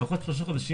לפחות שלושה חודשים,